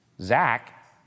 Zach